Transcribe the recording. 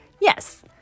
Yes